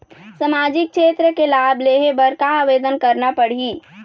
सामाजिक क्षेत्र के लाभ लेहे बर का आवेदन करना पड़ही?